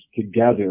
together